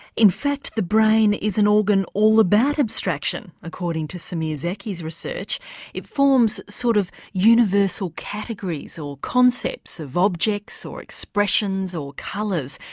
in fact the brain is an organ all about abstraction, according to semir zeki's research it forms sort of universal categories or concepts of objects or expressions, or colours,